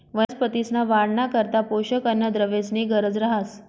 वनस्पतींसना वाढना करता पोषक अन्नद्रव्येसनी गरज रहास